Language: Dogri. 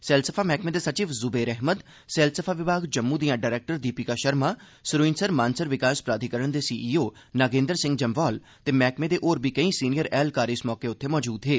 सैलसफा मैह्कमे दे सचिव जुबेर अहमद सैलसफा विभाग जम्मू दिआं डरैक्टर दीपिका के शर्मा सरूईसर मानसर विकास प्राधिकरण दे सीईओ नागेन्द्र सिंह जम्वाल ते मैह्कमे दे होर बी केई सीनियर ऐह्लकार इस मौके उत्थे मौजूद हे